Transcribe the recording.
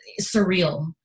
surreal